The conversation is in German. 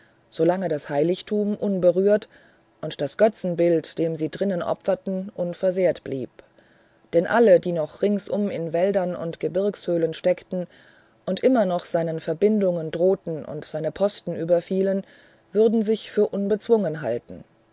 solange das heiligtum unberührt und das götzenbild dem sie drinnen opferten unversehrt blieb denn alle die noch ringsum in wäldern und gebirgshöhlen steckten und immer noch seinen verbindungen drohten und seine posten überfielen würden sich für unbezwungen halten